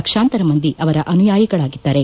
ಲಕ್ಷಾಂತರ ಮಂದಿ ಅವರ ಅನುಯಾಯಿಗಳಿದ್ದಾರೆ